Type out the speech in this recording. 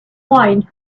wine